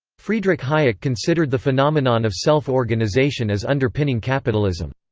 friedrich hayek considered the phenomenon of self-organisation as underpinning capitalism.